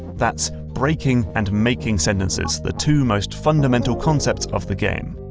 that's breaking and making sentences the two most fundamental concepts of the game.